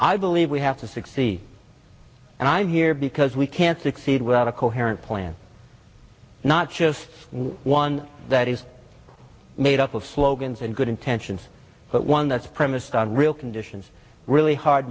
i believe we have to succeed and i'm here because we can't succeed without a coherent plan not just one that is made up of slogans and good intentions but one that's premised on real conditions really hard